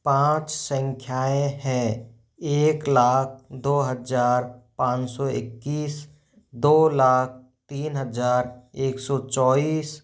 पाँच संख्याएं हैं एक लाख दो हजार पाँच सौ इक्कीस दो लाख तीन हजार एक सौ चौविस